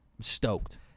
stoked